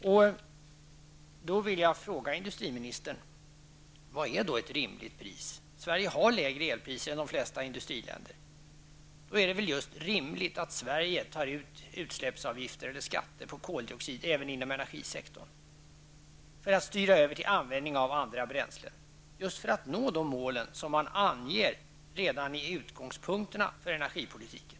Jag vill fråga industriministern: Vad är då ett rimligt pris? Sverige har lägre elpriser än de flesta industriländer. Då är det väl just rimligt att Sverige tar ut utsläppsavgifter eller skatter på koldioxid även inom energisektorn för att styra över till användning av andra bränslen -- just för att nå de mål som man anger redan i utgångspunkterna för energipolitiken.